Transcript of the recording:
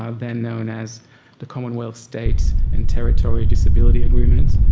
ah then known as the commonwealth state and territory disability agreement.